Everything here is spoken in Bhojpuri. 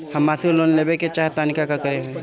हम मासिक लोन लेवे के चाह तानि का करे के होई?